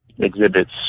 Exhibits